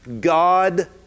God